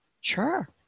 Sure